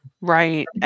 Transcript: right